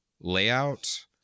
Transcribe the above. layout